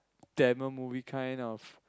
Tamil movie kind of